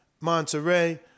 Monterey